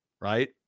right